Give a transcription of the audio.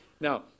Now